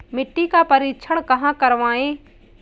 मिट्टी का परीक्षण कहाँ करवाएँ?